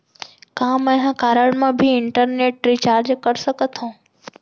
का मैं ह कारड मा भी इंटरनेट रिचार्ज कर सकथो